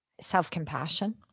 self-compassion